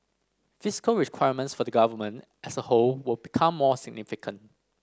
fiscal requirements for the Government as a whole will become more significant